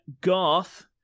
Garth